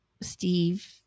Steve